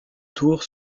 tour